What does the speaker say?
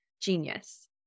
Genius